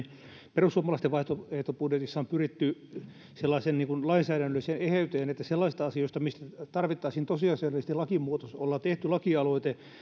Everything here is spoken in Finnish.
perussuomalaisten vaihtoehtobudjetissa on pyritty sellaiseen lainsäädännölliseen eheyteen että sellaisista asioista mistä tarvittaisiin tosiasiallisesti lakimuutos ollaan tehty lakialoite